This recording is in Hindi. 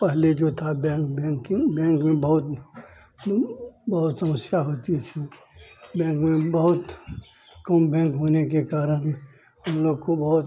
पहले जो था बैंक बैंकिन्ग बैंक में बहुत बहुत समस्या होती थी बैंक में अब बहुत कम बैंक होने के कारण हमलोग को बहुत